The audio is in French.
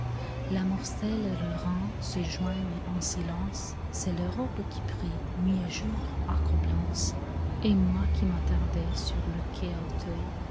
la moselle et le rhin se joignent en silence c'est l'europe qui prie nuit et jour à coblence et moi qui m'attardais sur le quai à auteuil